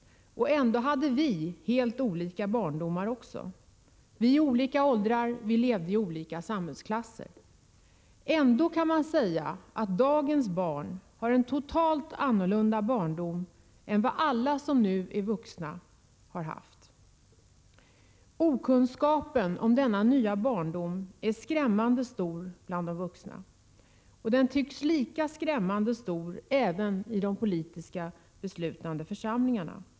Och ändå hade också vi helt olika barndom. Vi är i olika åldrar, vi levde i olika samhällsklasser. Trots det kan man säga att dagens barn har en totalt annorlunda barndom än vad alla som nu är vuxna har haft. Okunnigheten om denna nya barndom är skrämmande stor bland de vuxna. Och den tycks lika skrämmande stor även i de beslutande församlingarna.